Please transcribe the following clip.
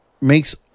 makes